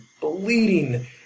bleeding